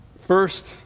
First